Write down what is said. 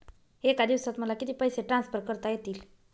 एका दिवसात मला किती पैसे ट्रान्सफर करता येतील?